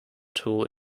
tool